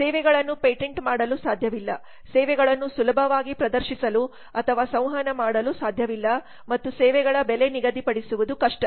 ಸೇವೆಗಳನ್ನು ಪೇಟೆಂಟ್ ಮಾಡಲು ಸಾಧ್ಯವಿಲ್ಲ ಸೇವೆಗಳನ್ನು ಸುಲಭವಾಗಿ ಪ್ರದರ್ಶಿಸಲು ಅಥವಾ ಸಂವಹನ ಮಾಡಲು ಸಾಧ್ಯವಿಲ್ಲ ಮತ್ತು ಸೇವೆಗಳ ಬೆಲೆ ನಿಗದಿಪಡಿಸುವುದು ಕಷ್ಟ